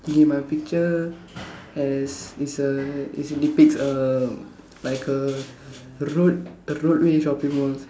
K K my picture has is a is a depicts a like a road the road way shopping malls